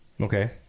okay